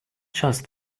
just